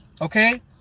Okay